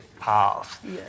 path